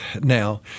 Now